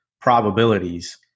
probabilities